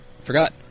forgot